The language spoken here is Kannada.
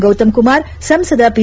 ಗೌತಮ್ ಕುಮಾರ್ ಸಂಸದ ಪಿ